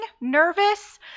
nervous